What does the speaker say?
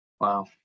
Wow